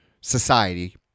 society